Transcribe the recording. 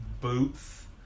boots